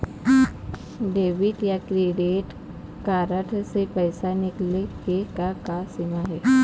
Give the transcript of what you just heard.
Debit या credit card से पैसा निकाले के का सीमा हे?